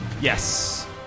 yes